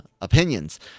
opinions